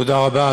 תודה רבה.